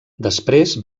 després